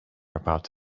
about